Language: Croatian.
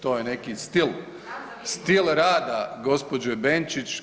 To je neki stil, stil rada gospođe Benčić.